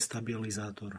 stabilizátor